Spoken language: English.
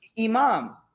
imam